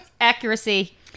accuracy